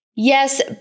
Yes